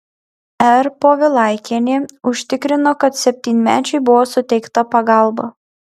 r povilaikienė užtikrino kad septynmečiui buvo suteikta pagalba